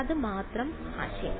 അതു മാത്രമാണ് ആശയം